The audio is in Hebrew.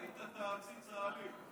ראית את העציץ האלים.